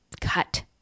cut